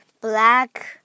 Black